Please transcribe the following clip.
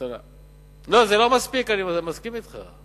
לא, זה לא מספיק, אני מסכים אתך.